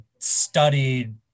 studied